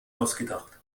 ausgedacht